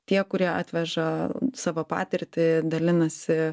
tie kurie atveža savo patirtį dalinasi